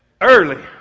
early